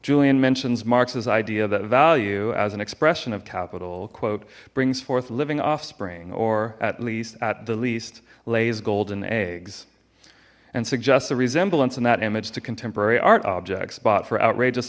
julian mentions marx's idea that value as an expression of capital quote brings forth living offspring or at least at the least lays golden eggs and suggests the resemblance in that image to contemporary art objects bought for outrageous